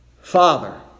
Father